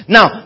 Now